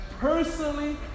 personally